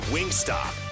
Wingstop